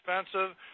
expensive